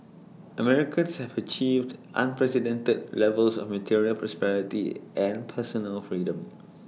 Americans have achieved unprecedented levels of material prosperity and personal freedom